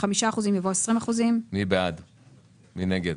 מי נגד?